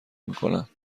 میکند